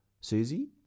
Susie